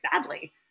badly